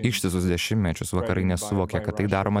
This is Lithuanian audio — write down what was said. ištisus dešimtmečius vakarai nesuvokė kad tai daroma